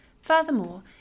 Furthermore